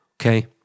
okay